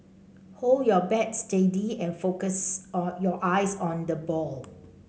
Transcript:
hold your bat steady and focus on your eyes on the ball